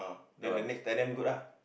then the next tell them good ah